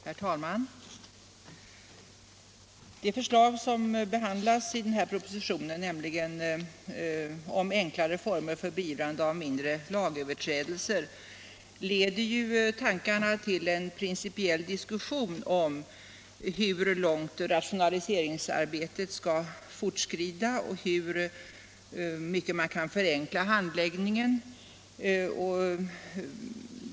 Herr talman! Det förslag som behandlas i propositionen om enklare former för beivrande av mindre lagöverträdelser leder tankarna till en principiell diskussion om hur långt rationaliseringsarbetet skall fortskrida och hur mycket man kan förenkla handläggningen.